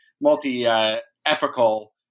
multi-epical